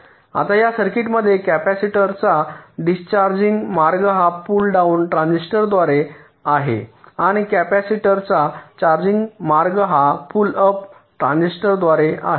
आता या सर्किटमध्ये कॅपॅसिटरचा डिस्चार्जिंग मार्ग हा पुल डाउन ट्रान्झिस्टरद्वारे आहे आणि कॅपेसिटरचा चार्जिंग मार्ग हा पुल अप ट्रान्झिस्टरद्वारे आहे